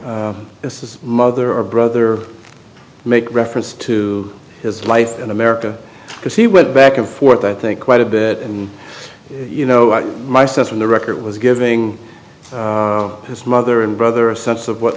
is mother or brother make reference to his life in america because he went back and forth i think quite a bit and you know i myself in the record was giving his mother and brother a sense of what